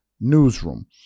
newsroom